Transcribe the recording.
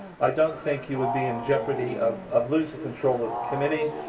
i don't think you would be in jeopardy of of losing control of the committee.